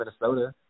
Minnesota